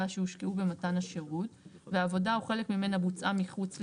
שהושקעו במתן השירות ועבודה או חלק ממנה בוצעה מחוץ לישראל,